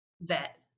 vet